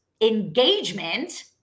engagement